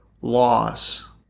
loss